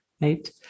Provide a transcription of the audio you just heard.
right